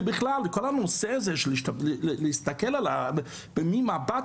ובכלל כל הנושא הזה של להסתכל עליהם במין מבט